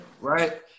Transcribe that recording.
right